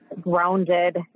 grounded